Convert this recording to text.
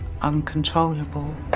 uncontrollable